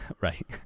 right